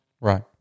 Right